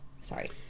sorry